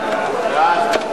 נתקבל.